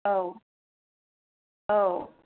आव आव